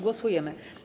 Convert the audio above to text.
Głosujemy.